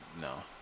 No